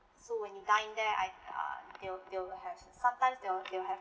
so when you dine there I uh they'll they'll have sometimes they'll they'll have